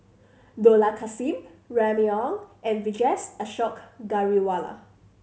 Dollah Kassim Remy Ong and Vijesh Ashok Ghariwala